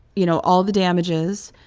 you know, all the damages.